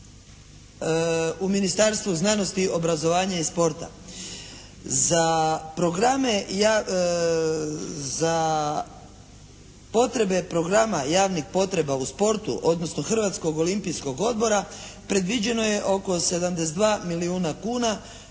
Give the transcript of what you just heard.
u Ministarstvu znanosti, obrazovanja i sporta. Za programe, za potrebe programa javnih potreba u sportu, odnosno Hrvatskog olimpijskog odbora predviđeno je oko 72 milijuna kuna